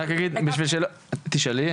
את תשאלי,